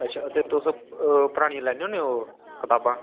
अच्छा तुस परानियां लैने होने ओह् कताबां